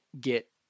get